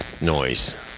noise